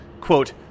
Quote